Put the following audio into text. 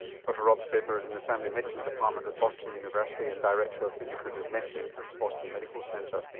dr rob saper is in the family medicine department at boston university and director of integrative medicine at the boston medical center.